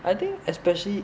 I think especially